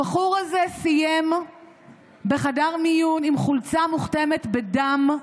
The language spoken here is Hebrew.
הבחור הזה סיים בחדר מיון עם חולצה מוכתמת בדם,